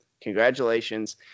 Congratulations